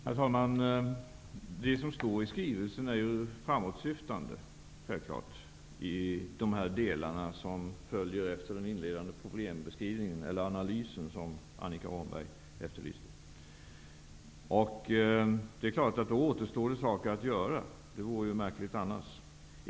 Herr talman! Det som står i skrivelsen är självfallet framåtsyftande i de delar som följer efter den inledande problembeskrivningen, eller analysen, som Annika Åhnberg efterlyste. Det är klart att det då återstår saker att göra. Det vore märkligt annars.